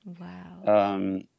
Wow